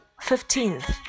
Fifteenth